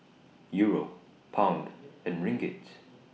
Euro Pound and Ringgit